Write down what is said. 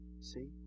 See